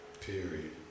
Period